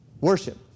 worship